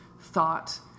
thought